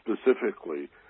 specifically